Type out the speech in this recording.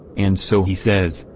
and so he says,